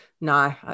no